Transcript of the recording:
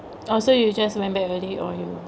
oh so you just back already or you